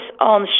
on